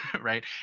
right